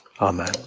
Amen